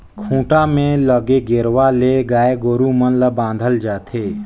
खूंटा में लगे गेरवा ले गाय गोरु मन ल बांधल जाथे